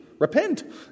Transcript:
Repent